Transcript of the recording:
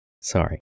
Sorry